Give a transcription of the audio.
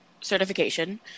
certification